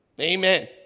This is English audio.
Amen